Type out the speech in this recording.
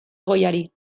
goiari